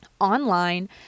online